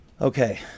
okay